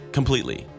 Completely